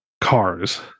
Cars